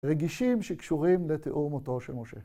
רגישים שקשורים לתיאור מותו של משה.